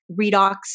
Redox